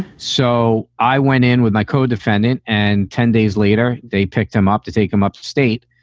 so i went in with my co-defendant and ten days later they picked him up to take him upstate.